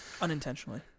Unintentionally